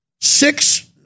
six